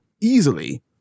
easily